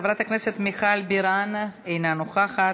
חברת הכנסת מיכל בירן, אינה נוכחת,